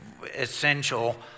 essential